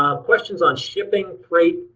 um questions on shipping, freight,